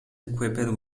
equipped